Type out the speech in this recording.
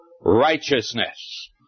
righteousness